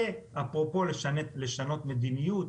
זה אפרופו לשנות מדיניות,